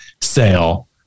sale